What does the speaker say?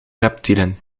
reptielen